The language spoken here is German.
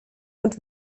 und